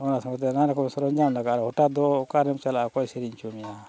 ᱚᱱᱟ ᱥᱚᱸᱜᱮᱛᱮ ᱱᱟᱱᱟ ᱨᱚᱠᱚᱢ ᱥᱚᱨᱚᱧᱡᱟᱢ ᱞᱟᱜᱟᱜᱼᱟ ᱟᱨ ᱦᱚᱴᱟᱛ ᱫᱚ ᱚᱠᱟᱨᱮᱢ ᱪᱟᱞᱟᱜᱼᱟ ᱚᱠᱚᱭ ᱥᱮᱨᱮᱧ ᱦᱚᱪᱚ ᱢᱮᱭᱟ